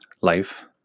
Life